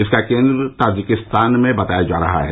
इसका केन्द्र ताजिकिस्तान में बताया जा रहा है